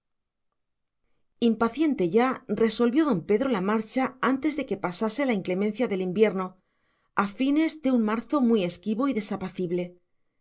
coronita impaciente ya resolvió don pedro la marcha antes de que pasase la inclemencia del invierno a fines de un marzo muy esquivo y